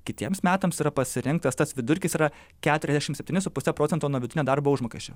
kitiems metams yra pasirinktas tas vidurkis yra keturiasdešim septyni su puse procento nuo vitinio darbo užmokesčio